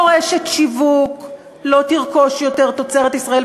פה רשת שיווק לא תרכוש יותר תוצרת ישראל,